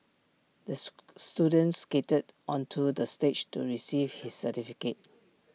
the student skated onto the stage to receive his certificate